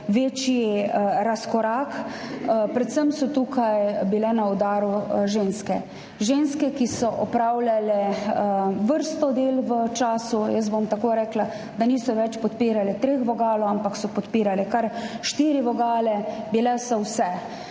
večji razkorak. Predvsem so bile tukaj na udaru ženske. Ženske, ki so opravljale vrsto del v [tistem] času. Bom tako rekla, niso več podpirale treh vogalov, ampak so podpirale kar štiri vogale. Bile so vse,